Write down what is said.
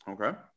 Okay